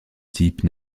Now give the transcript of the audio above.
type